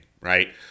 right